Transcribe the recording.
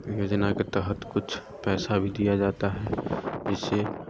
योजना के तहत कुछ पैसा भी दिया जाता है जिससे